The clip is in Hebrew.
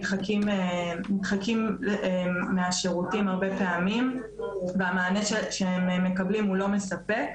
נדחקים מהשירותים הרבה פעמים והמענה שהם מקבלים הוא לא מספק.